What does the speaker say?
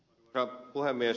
arvoisa puhemies